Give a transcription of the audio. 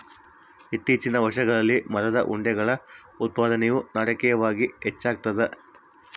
ಇತ್ತೀಚಿನ ವರ್ಷಗಳಲ್ಲಿ ಮರದ ಉಂಡೆಗಳ ಉತ್ಪಾದನೆಯು ನಾಟಕೀಯವಾಗಿ ಹೆಚ್ಚಾಗ್ತದ